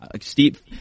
Steve